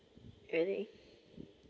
really